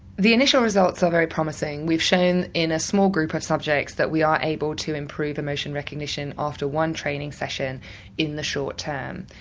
the initial results are very promising. we've shown in a small group of subjects that we are able to improve emotion recognition after one training session in the short term.